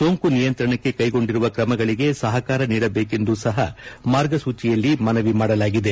ಸೋಂಕು ನಿಯಂತ್ರಣಕ್ಕೆ ಕ್ಲೆಗೊಂಡಿರುವ ಕ್ರಮಗಳಿಗೆ ಸಹಕಾರ ನೀಡಬೇಕೆಂದು ಸಹ ಮಾರ್ಗಸೂಚಿಯಲ್ಲಿ ಮನವಿ ಮಾಡಲಾಗಿದೆ